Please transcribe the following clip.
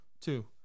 Two